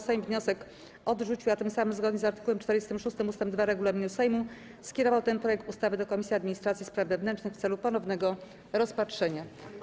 Sejm wniosek odrzucił, a tym samym, zgodnie z art. 46 ust. 2 regulaminu Sejmu, skierował ten projekt ustawy do Komisji Administracji i Spraw Wewnętrznych w celu ponownego rozpatrzenia.